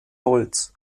holz